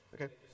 okay